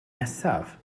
nesaf